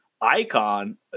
icon